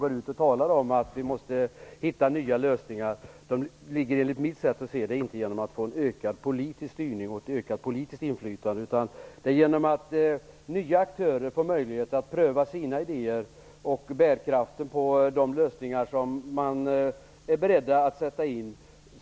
Det talas om att man måste hitta nya lösningar. Enligt mitt sätt att se ligger inte lösningen i en ökad politisk styrning och ett ökat politiskt inflytande. Det kan ske genom att nya aktörer får möjlighet att pröva sina idéer och bärkraften på de lösningar som de är beredda att ta till.